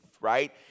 right